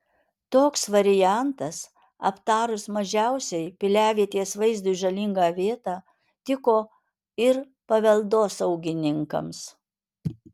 toks variantas aptarus mažiausiai piliavietės vaizdui žalingą vietą tiko ir paveldosaugininkams